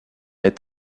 est